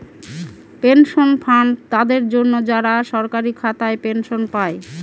pension fund তাদের জন্য, যারা সরকারি খাতায় পেনশন পায়